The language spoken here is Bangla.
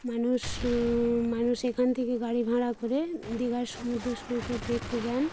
মানুষ মানুষ এখান থেকে গাড়ি ভাড়া করে দীঘার সমুদ্র সৈকত দেখতে যান